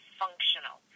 functional